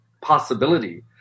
possibility